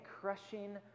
crushing